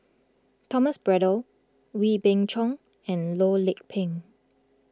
Thomas Braddell Wee Beng Chong and Loh Lik Peng